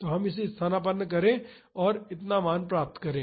तो इसे स्थानापन्न करें और इतना मान प्राप्त करें